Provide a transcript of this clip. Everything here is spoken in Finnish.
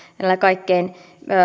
näillä kaikkein